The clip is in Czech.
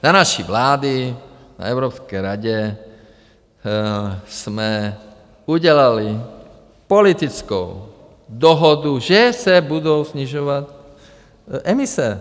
Za naší vlády na Evropské radě jsme udělali politickou dohodu, že se budou snižovat emise.